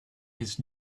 his